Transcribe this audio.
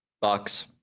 Bucks